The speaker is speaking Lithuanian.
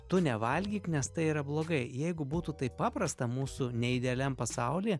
tu nevalgyk nes tai yra blogai jeigu būtų taip paprasta mūsų neidealiam pasaulyje